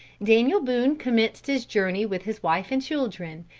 daniel boone commenced his journey with his wife and children,